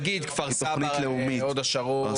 נגיד כפר סבא, הוד השרון.